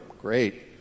Great